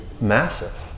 massive